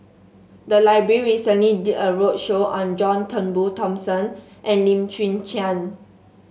the library recently did a roadshow on John Turnbull Thomson and Lim Chwee Chian